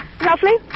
lovely